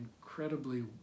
incredibly